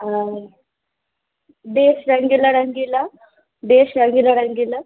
আর দেশ রঙ্গিলা রঙ্গিলা দেশ রঙ্গিলা রঙ্গিলা